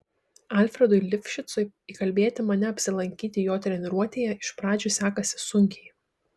alfredui lifšicui įkalbėti mane apsilankyti jo treniruotėje iš pradžių sekasi sunkiai